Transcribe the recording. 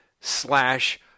slash